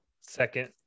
second